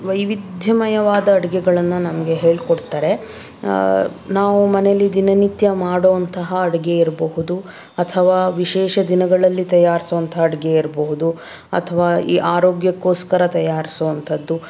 ವೈವಿಧ್ಯಮಯವಾದ ಅಡುಗೆಗಳನ್ನು ನಮಗೆ ಹೇಳ್ಕೊಡ್ತಾರೆ ನಾವು ಮನೆಯಲ್ಲಿ ದಿನನಿತ್ಯ ಮಾಡೋ ಅಂತಹ ಅಡುಗೆ ಇರಬಹುದು ಅಥವಾ ವಿಶೇಷ ದಿನಗಳಲ್ಲಿ ತಯಾರಿಸೋ ಅಂಥ ಅಡುಗೆ ಇರಬಹುದು ಅಥವಾ ಈ ಆರೋಗ್ಯಕ್ಕೋಸ್ಕರ ತಯಾರಿಸೋ ಅಂಥದ್ದು